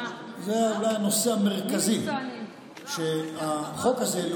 זה אולי הנושא המרכזי שהחוק הזה,